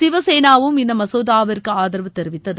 சிவசேனாவும் இந்த மசோதாவிற்கு ஆதரவு தெரிவித்தது